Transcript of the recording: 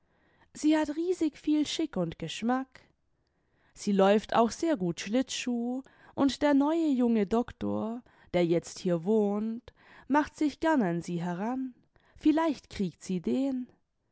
sie hat riesig viel schick und geschmack sie läuft auch sehr gut schlittschuh und der neue junge doktor der jetzt hier wohnt macht sich gern an sie heran vielleicht kriegt sie den